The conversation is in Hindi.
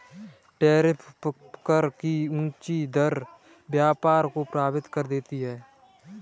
टैरिफ कर की ऊँची दर व्यापार को प्रभावित करती है